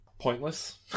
pointless